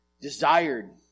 desired